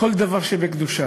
כל דבר שבקדושה,